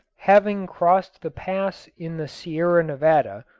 having crossed the pass in the sierra nevada,